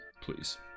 please